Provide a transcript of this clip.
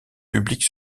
publics